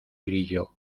grillo